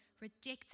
rejecting